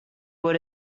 would